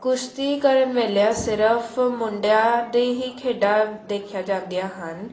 ਕੁਸ਼ਤੀ ਕਰਨ ਵੇਲੇ ਆ ਸਿਰਫ ਮੁੰਡਿਆਂ ਦੀ ਹੀ ਖੇਡਾਂ ਦੇਖੀਆਂ ਜਾਂਦੀਆਂ ਹਨ